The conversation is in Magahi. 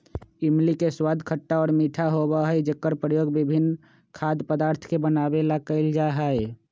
इमली के स्वाद खट्टा और मीठा होबा हई जेकरा प्रयोग विभिन्न खाद्य पदार्थ के बनावे ला कइल जाहई